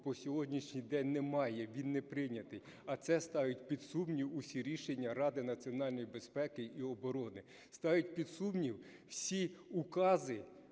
по сьогоднішній день немає, він не прийнятий, а це ставить під сумнів усі рішення Ради національної безпеки і оборони, ставить під сумнів всі укази